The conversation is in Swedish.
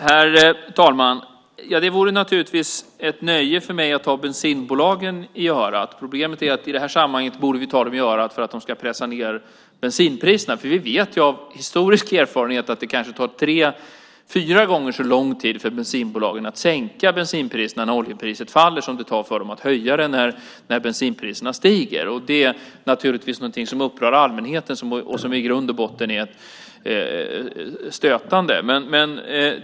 Herr talman! Det vore ett nöje för mig att ta bensinbolagen i örat. Problemet är att vi i detta sammanhang borde ta dem i örat för att de ska pressa ned bensinpriserna. Vi vet av historisk erfarenhet att det kanske tar tre fyra gånger så lång tid för bensinbolagen att sänka bensinpriserna när oljepriset faller som det tar för dem att höja det när oljepriset stiger. Det upprör naturligtvis allmänheten och är i grund och botten stötande.